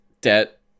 debt